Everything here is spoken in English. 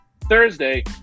Thursday